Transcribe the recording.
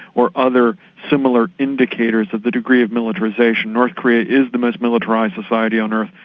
or other similar indicators of the degree of militarisation, north korea is the most militarised society on earth.